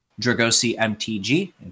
dragosimtg